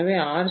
எனவே ஆர்